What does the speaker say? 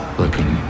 looking